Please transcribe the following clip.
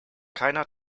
keiner